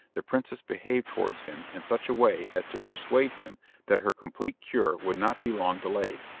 the princess behaved towards him in such a way as to persuade him that her complete cure would not be long delayed.